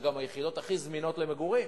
הן גם היחידות הכי זמינות למגורים,